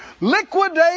Liquidate